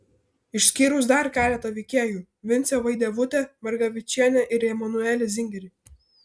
išskyrus dar keletą veikėjų vincę vaidevutę margevičienę ir emanuelį zingerį